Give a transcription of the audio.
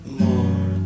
more